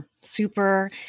super